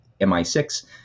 MI6